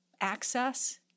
access